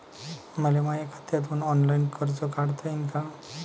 मले माया खात्यातून ऑनलाईन कर्ज काढता येईन का?